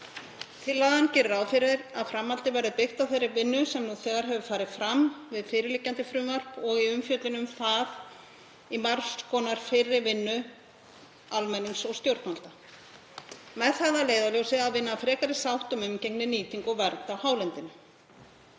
Tillagan gerir ráð fyrir að framhaldið verði byggt á þeirri vinnu sem nú þegar hefur farið fram við fyrirliggjandi frumvarp og í umfjöllun um það í margs konar fyrri vinnu almennings og stjórnvalda, með það að leiðarljósi að vinna að frekari sátt um umgengni, nýtingu og vernd á hálendinu.